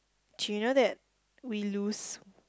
did you know that we lose